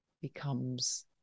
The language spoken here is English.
becomes